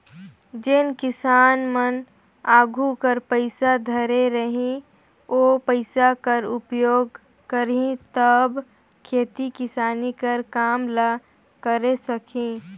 जेन किसान मन आघु कर पइसा धरे रही ओ पइसा कर उपयोग करही तब खेती किसानी कर काम ल करे सकही